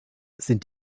sind